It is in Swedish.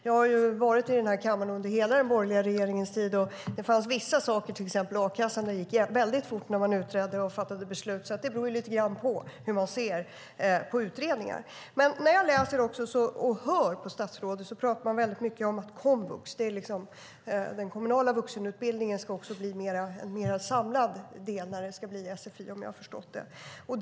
Jag har varit i den här kammaren under hela den borgerliga regeringens tid, och det fanns vissa saker, till exempel a-kassan, som gick väldigt fort att utreda och fatta beslut om. Det beror alltså lite grann på hur man ser på utredningar. När jag läser och när jag hör på statsrådet pratas det väldigt mycket om komvux. Den kommunala vuxenutbildningen ska också bli en mer samlad del när det ska bli sfi, om jag har förstått det rätt.